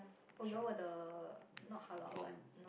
oh you all were the not halal but